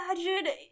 imagine